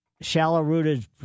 Shallow-rooted